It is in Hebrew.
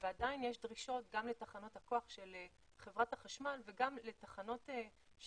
ועדיין יש דרישות גם לתחנות הכוח של חברת החשמל וגם לתחנות תעשייתיות